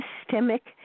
systemic